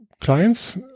clients